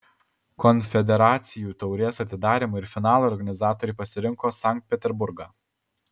konfederacijų taurės atidarymui ir finalui organizatoriai pasirinko sankt peterburgą